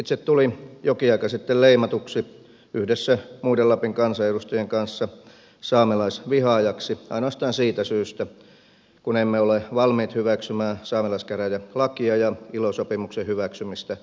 itse tulin jokin aika sitten leimatuksi yhdessä muiden lapin kansanedustajien kanssa saamelaisvihaajaksi ainoastaan siitä syystä kun emme ole valmiit hyväksymään saamelaiskäräjälakia ja ilo sopimuksen hyväksymistä sellaisenaan